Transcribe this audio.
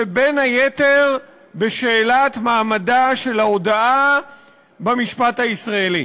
ובין היתר בשאלת מעמדה של ההודאה במשפט הישראלי.